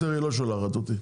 יותר היא לא שולחת אותי,